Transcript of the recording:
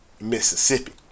Mississippi